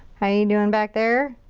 how ya doing back there?